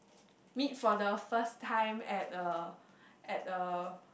meet for the first time at uh at uh